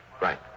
Right